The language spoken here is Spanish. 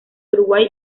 uruguay